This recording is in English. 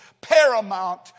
paramount